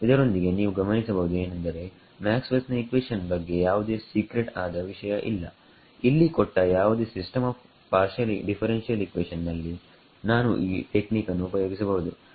ಇದರೊಂದಿಗೆನೀವು ಗಮನಿಸಬಹುದು ಏನೆಂದರೆ ಮ್ಯಾಕ್ಸ್ವೆಲ್ ನ ಇಕ್ವೇಷನ್ ಬಗ್ಗೆ ಯಾವುದೇ ಸೀಕ್ರೆಟ್ ಆದ ವಿಷಯ ಇಲ್ಲ ಇಲ್ಲಿ ಕೊಟ್ಟ ಯಾವುದೇ system of partial differential equation ನಲ್ಲಿ ನಾನು ಈ ಟೆಕ್ನಿಕ್ ಅನ್ನು ಉಪಯೋಗಿಸಬಹುದು